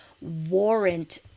warrant